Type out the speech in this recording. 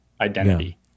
identity